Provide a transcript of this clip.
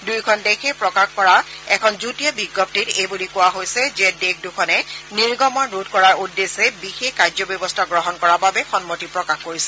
দুয়োখন দেশে প্ৰকাশ কৰা এখন যুটীয়া বিজ্ঞপ্তিত এই বুলি কোৱা হৈছে যে দেশ দুখনে নিৰ্গমন ৰোধ কৰাৰ উদ্দেশ্যে বিশেষ কাৰ্যব্যৱস্থা গ্ৰহণ কৰাৰ বাবে সন্মতি প্ৰকাশ কৰিছে